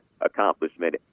accomplishment